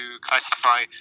classify